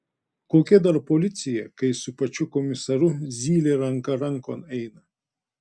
kokia dar policija kai su pačiu komisaru zylė ranka rankon eina